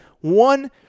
One